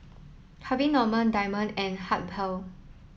Harvey Norman Diamond and Habhal